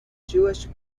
jewish